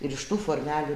ir iš tų formelių